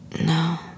no